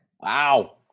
wow